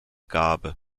gabe